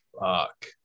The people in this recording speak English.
Fuck